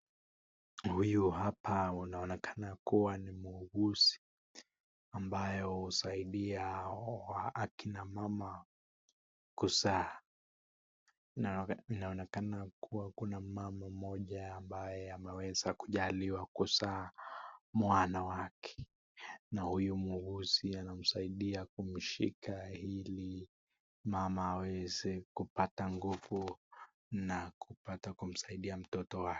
Huyu hapa anaonekana kuwa ni muuguzi ambaye husaidia wa akina mama kuzaa .Inaonekana kuwa kuna mama mmoja ambaye ameweza kujaliwa kuzaa mwana wake na huyu muuguzi anamsaidia kumshika ili mama aweze kupata nguvu na kupata kumsaidia mtoto wake.